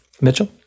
Mitchell